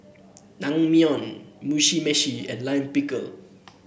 Naengmyeon Mugi Meshi and Lime Pickle